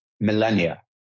millennia